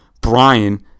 Brian